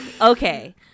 okay